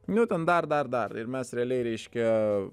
nu ten dar dar dar ir mes realiai reiškia